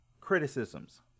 criticisms